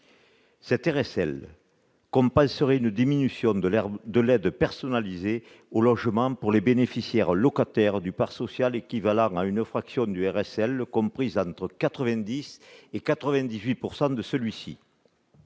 La RLS compenserait une diminution de l'aide personnalisée au logement pour les bénéficiaires locataires du parc social, diminution équivalente à une fraction comprise entre 90 % et 98 % de cette